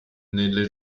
nelle